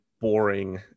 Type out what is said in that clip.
boring